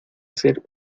ser